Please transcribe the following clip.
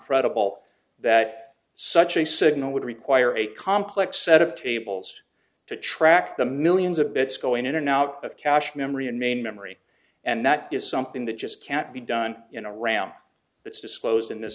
credible that such a signal would require a complex set of tables to track the millions of bits going in and out of cash memory and main memory and that is something that just can't be done in a ram that's disclosed in this